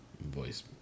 voice